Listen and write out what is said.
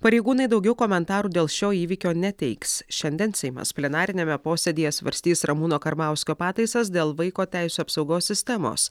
pareigūnai daugiau komentarų dėl šio įvykio neteiks šiandien seimas plenariniame posėdyje svarstys ramūno karbauskio pataisas dėl vaiko teisių apsaugos sistemos